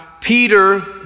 Peter